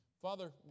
Father